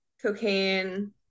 cocaine